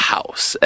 House